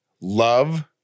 love